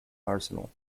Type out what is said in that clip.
arsenal